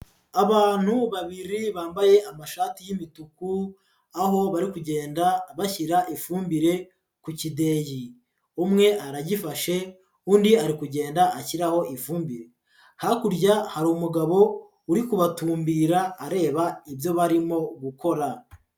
Abantu babiri bambaye amashati y'imituku, aho bari kugenda bashyira ifumbire ku kideyi, umwe aragifashe undi ari kugenda ashyiraho ifumbire, hakurya hari umugabo uri kubatumbira areba ibyo barimo gukora.